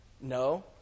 No